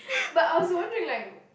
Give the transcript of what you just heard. but I was wondering like